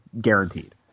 guaranteed